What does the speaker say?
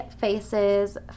faces